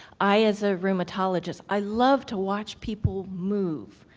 i, as a rheumatologist, i love to watch people move,